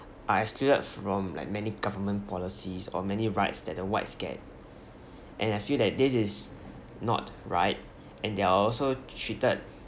are excluded from like many government policies or many rights that the whites get and I feel that this is not right and they're also treated